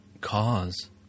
cause